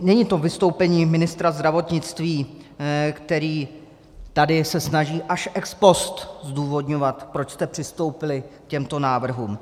Není to vystoupení ministra zdravotnictví, který tady se snaží až ex post zdůvodňovat, proč jste přistoupili k těmto návrhům.